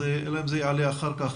אלא אם זה יעלה אחר כך.